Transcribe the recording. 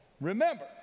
Remember